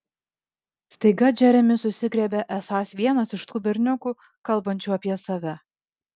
staiga džeremis susigriebia esąs vienas iš tų berniukų kalbančių apie save